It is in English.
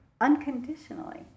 unconditionally